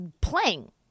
playing